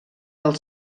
del